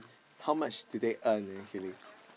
how much do they earn actually